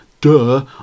duh